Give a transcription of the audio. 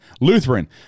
Lutheran